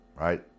right